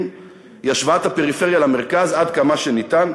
היא השוואת הפריפריה למרכז עד כמה שאפשר,